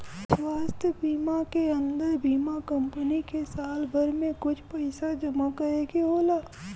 स्वास्थ बीमा के अन्दर बीमा कम्पनी के साल भर में कुछ पइसा जमा करे के होला